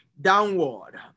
downward